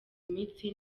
imitsi